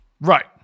Right